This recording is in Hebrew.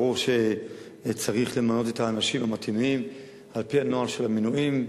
ברור שצריך למנות את האנשים המתאימים על-פי הנוהל של המינויים,